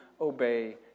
obey